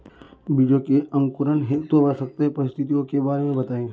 बीजों के अंकुरण हेतु आवश्यक परिस्थितियों के बारे में बताइए